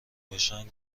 باشن